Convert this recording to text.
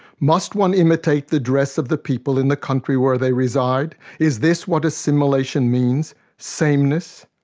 must one imitate the dress of the people in the country where they reside? is this what assimilation means sameness?